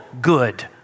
good